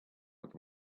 with